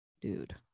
Dude